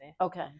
okay